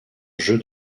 jeu